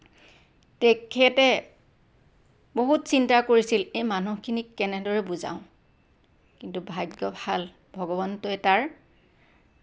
তেখেতে বহুত চিন্তা কৰিছিল সেই মানুহখিনিক কেনেদৰে বুজাওঁ কিন্তু ভাগ্য ভাল ভগৱন্তই তাৰ